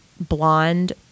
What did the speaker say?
blonde